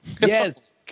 Yes